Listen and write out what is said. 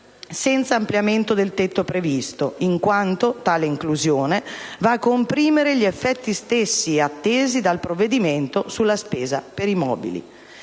senza ampliamento del tetto previsto, in quanto tale inclusione va a comprimere gli effetti stessi attesi dal provvedimento sulla spesa per i mobili.